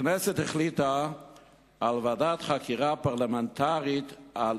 הכנסת החליטה על הקמת ועדת חקירה פרלמנטרית על